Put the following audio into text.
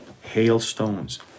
hailstones